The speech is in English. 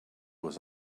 was